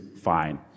fine